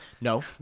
No